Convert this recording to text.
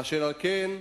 אשר על כן,